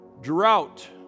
drought